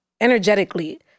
energetically